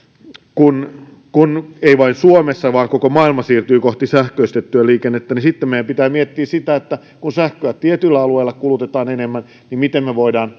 kun kun ei vain suomi vaan koko maailma siirtyy kohti sähköistettyä liikennettä niin sitten meidän pitää miettiä sitä kun sähköä tietyllä alueella kulutetaan enemmän miten me voimme